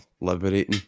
liberating